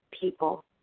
people